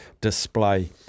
display